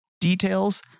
details